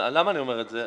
למה אני אומר את זה?